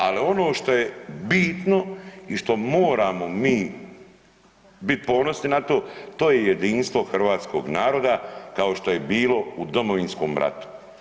Ali ono što je bitno i što moramo mi bit ponosni na to je jedinstvo Hrvatskog naroda kao što je bilo u Domovinskom ratu.